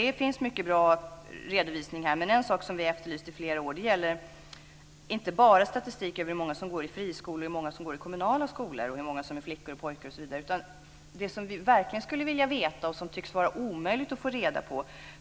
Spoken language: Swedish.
Det finns mycket bra redovisning här, men en sak som vi har efterlyst i flera år är inte bara statistik över hur många som går i friskolor och hur många som går i kommunala, hur många som är flickor och pojkar, osv. Det som vi verkligen skulle vilja veta och som tycks vara omöjligt att få reda